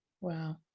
Wow